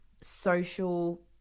social